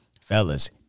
Fellas